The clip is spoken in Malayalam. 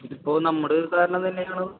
ഇതിപ്പോൾ നമ്മുടെ ഒരു കാരണം തന്നെയാണത്